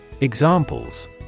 Examples